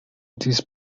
this